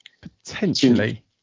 Potentially